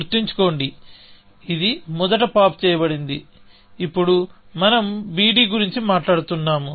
గుర్తుంచుకోండిఇది మొదట పాప్ చేయబడింది ఇప్పుడు మనం bd గురించి మాట్లాడుతున్నాము